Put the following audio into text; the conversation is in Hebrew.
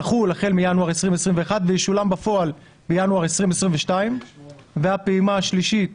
יחול החל מינואר 2021 וישולם בפועל בינואר 2022. והפעימה השלישית